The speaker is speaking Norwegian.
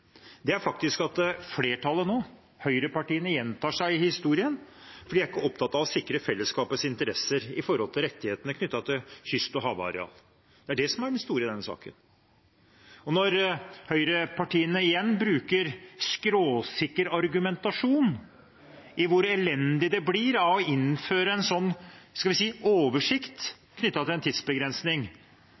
saken er faktisk at flertallet, høyrepartiene, nå gjentar historien, for de er ikke opptatt av å sikre fellesskapets interesser når det gjelder rettighetene knyttet til kyst- og havareal. Det er det som er det store i denne saken. Og når høyrepartiene igjen bruker skråsikker argumentasjon om hvor elendig alt blir av å innføre en slik – skal vi si – oversikt knyttet til en tidsbegrensning,